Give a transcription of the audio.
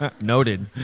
Noted